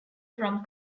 from